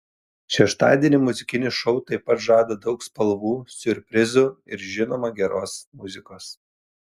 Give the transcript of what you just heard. šeštadienį muzikinis šou taip pat žada daug spalvų siurprizų ir žinoma geros muzikos